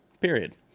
period